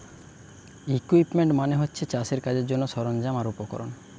equipment মানে হচ্ছে চাষের কাজের জন্যে সরঞ্জাম আর উপকরণ